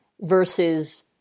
versus